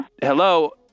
Hello